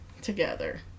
together